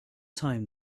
time